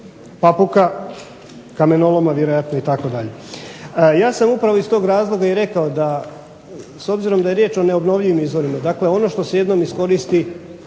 Papuka, kamenoloma vjerojatno itd. Ja sam upravo iz tog razloga i rekao da s obzirom da je riječ o neobnovljivim izvorima, dakle ono što se jednom iskoristi